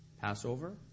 Passover